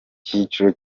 cyiciro